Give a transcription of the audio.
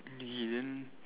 okay then